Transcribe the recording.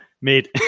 made